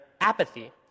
apathy